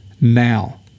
now